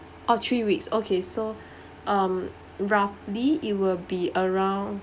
orh three weeks okay so roughly it will be around